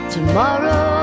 Tomorrow